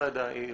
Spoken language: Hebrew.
סיידה העיר,